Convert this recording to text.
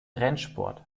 rennsport